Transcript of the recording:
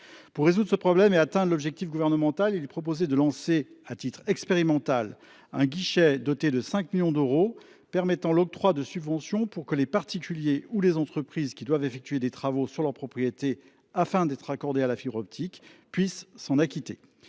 Pour résoudre ce problème et atteindre l’objectif gouvernemental, il est proposé de lancer, à titre expérimental, un guichet doté de 5 millions d’euros permettant l’octroi de subventions pour que les particuliers ou les entreprises qui doivent effectuer des travaux sur leurs propriétés afin d’être raccordés à la fibre optique puissent s’en acquitter.